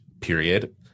period